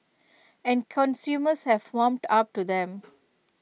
and consumers have warmed up to them